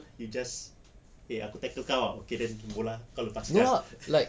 you just eh aku tackle kau okay then tu bola kau lepaskan